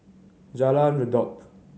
Jalan Redop